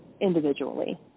individually